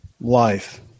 life